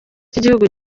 cy’igihugu